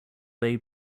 bay